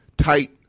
Tight